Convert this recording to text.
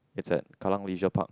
it's at Kallang Leisure Park